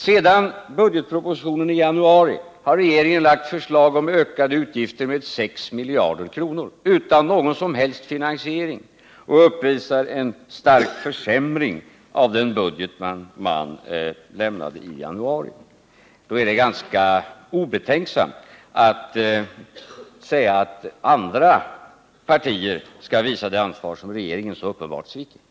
Sedan budgetpropositionen lades fram i januari har regeringen presenterat förslag om ökade utgifter med 6 miljarder utan någon som helst finansiering och uppvisar en stark försämring av den budget som man redovisade i januari. Då är det ganska obetänksamt att säga att andra partier skall visa det ansvar som regeringen så uppenbart sviker.